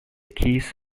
keys